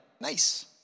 nice